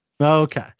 Okay